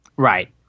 Right